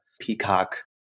peacock